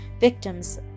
victims